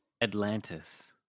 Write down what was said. Atlantis